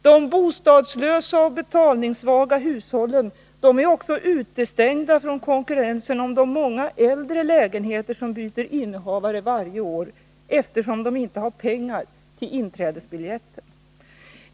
De bostadslösa och betalningssvaga hushållen är också utestängda från konkurrensen om de många äldre lägenheter som byter innehavare varje år, eftersom de inte har pengar till inträdesbiljetten.